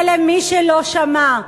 ולמי שלא שמע,